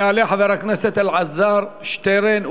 יעלה חבר הכנסת אלעזר שטרן,